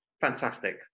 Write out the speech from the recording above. fantastic